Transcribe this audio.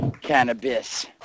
cannabis